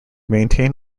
maintain